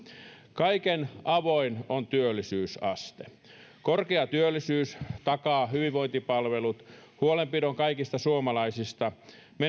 kaiken avain on työllisyysaste korkea työllisyys takaa hyvinvointipalvelut huolenpidon kaikista suomalaisista